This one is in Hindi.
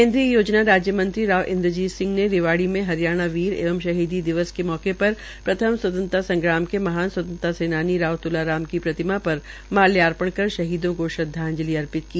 केन्द्रीय योजना राज्य मंत्री राव इंद्रजीत सिंह ने रिवाड़ी में हरियाणा वीर एवं शहीदी दिवस के अवसर पर प्रथम स्वतंत्रता संग्राम के महान स्वतंत्रता सेनानी राम त्ला राम की प्रतिमा पर माल्यार्पण कर शहीदों को श्रद्वाजंलि अर्पित की